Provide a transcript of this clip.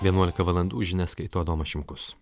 vienuolika valandų žinias skaito adomas šimkus